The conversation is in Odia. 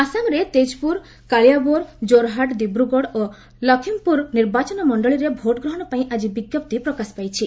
ଆସାମରେ ତେଜପୁର କାଲିଆବୋର୍ ଜୋର୍ହାଟ୍ ଦିବ୍ରଗଡ୍ ଓ ଲକ୍ଷୀମ୍ପୁର ନିର୍ବାଚନ ମଣ୍ଡଳୀରେ ଭୋଟ୍ ଗ୍ରହଣ ପାଇଁ ଆଜି ବିଜ୍ଞପ୍ତି ପ୍ରକାଶ ପାଇଛି